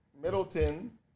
Middleton